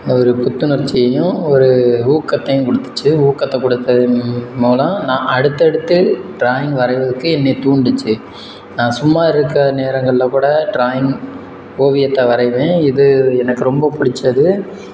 அது ஒரு புத்துணர்ச்சியையும் ஒரு ஊக்கத்தையும் கொடுத்துச்சி ஊக்கத்தை கொடுத்ததன் மூலம் நான் அடுத்தடுத்து ட்ராயிங் வரைவதற்கு என்னை தூண்டுச்சு நான் சும்மா இருக்கற நேரங்களில் கூட ட்ராயிங் ஓவியத்தை வரைவேன் இது எனக்கு ரொம்ப பிடிச்சது